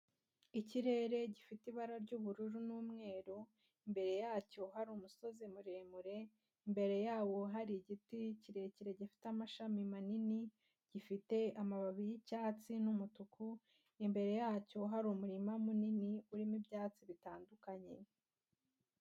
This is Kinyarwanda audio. Ikirere gifite ibara ry'ubururu n'umweru, imbere yacyo hari umusozi muremure, imbere yawo hari igiti kirekire gifite amashami manini, gifite amababi y'icyatsi n'umutuku, imbere yacyo hari umurima munini urimo ibyatsi bitandukanye.